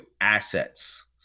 assets